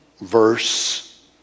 verse